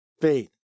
faith